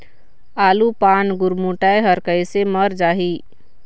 आलू पान गुरमुटाए हर कइसे मर जाही?